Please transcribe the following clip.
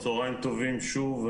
צוהריים טובים שוב.